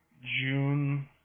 June